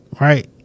right